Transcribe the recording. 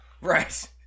Right